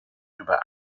über